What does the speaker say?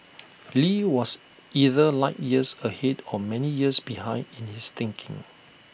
lee was either light years ahead or many years behind in his thinking